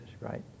Right